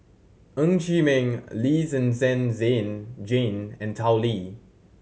Ng Chee Meng Lee Zhen Zhen Jane and Tao Li